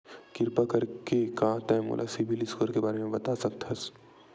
किरपा करके का तै मोला सीबिल स्कोर के बारे माँ बता सकथस?